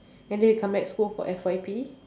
and then you come back school for F_Y_P